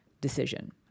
decision